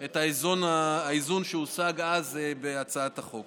את האיזון שהושג אז בהצעת החוק.